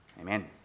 Amen